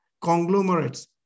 conglomerates